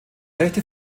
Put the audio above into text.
rechte